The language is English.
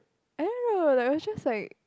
I don't know like was just like